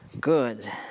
good